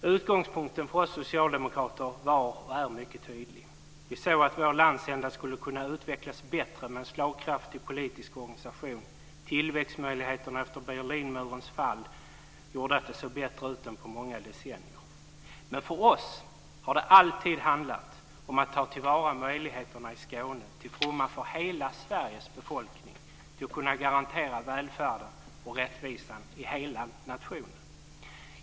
Utgångspunkten för oss socialdemokrater var och är mycket tydlig. Vi såg att vår landsända skulle kunna utvecklas bättre med en slagkraftig politisk organisation. Tillväxtmöjligheterna efter Berlinmurens fall gjorde att det såg bättre ut än på många decennier. Men för oss har det alltid handlat om att ta till vara möjligheterna i Skåne till fromma för hela Sveriges befolkning, för att kunna garantera välfärden och rättvisan i hela nationen.